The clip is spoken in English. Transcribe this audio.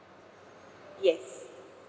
yes